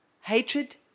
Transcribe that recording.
Hatred